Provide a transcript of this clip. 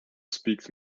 speaks